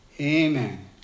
Amen